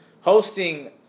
hosting